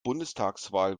bundestagswahl